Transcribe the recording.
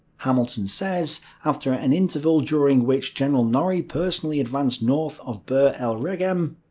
hamilton says after an interval during which general norrie personally advanced north of bir er reghem,